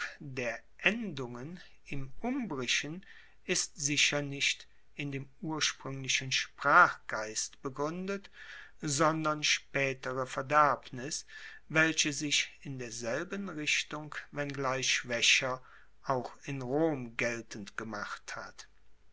der endungen im umbrischen ist sicher nicht in dem urspruenglichen sprachgeist begruendet sondern spaetere verderbnis welche sich in derselben richtung wenngleich schwaecher auch in rom geltend gemacht hat